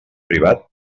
privat